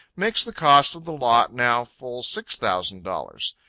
makes the cost of the lot now full six thousand dollars.